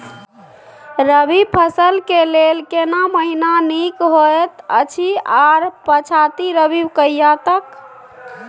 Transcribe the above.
रबी फसल के लेल केना महीना नीक होयत अछि आर पछाति रबी कहिया तक?